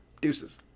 Deuces